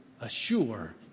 assure